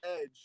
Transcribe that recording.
edge